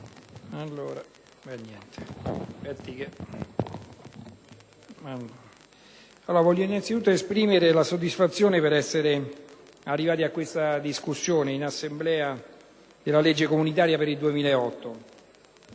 voglio innanzitutto esprimere soddisfazione per essere finalmente arrivati alla discussione in Assemblea della legge comunitaria per il 2008.